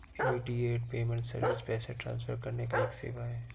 immediate payment service पैसा transfer करने का एक सेवा है